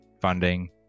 Funding